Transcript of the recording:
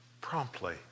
promptly